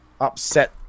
upset